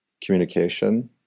communication